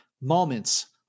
moments